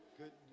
good